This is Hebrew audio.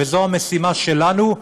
וזו המשימה שלנו,